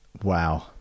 wow